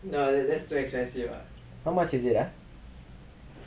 how much is it ah